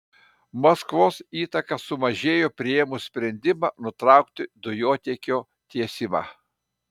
maskvos įtaka sumažėjo priėmus sprendimą nutraukti dujotiekio tiesimą